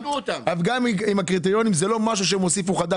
גם הקריטריונים זה לא משהו חדש שהם הוסיפו,